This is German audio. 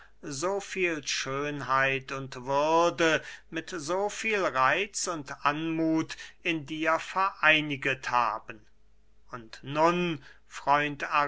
so viel schönheit und würde mit so viel reitz und anmuth in dir vereiniget haben und nun freund